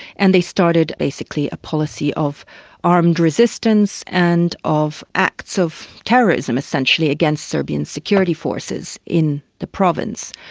and they started basically a policy of armed resistance and of acts of terrorism essentially against serbian security forces in the province.